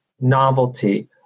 novelty